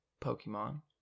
Pokemon